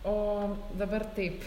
o dabar taip